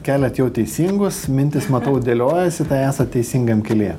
keliat jau teisingus mintys matau dėliojasi tai esat teisingam kelyje